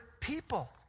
people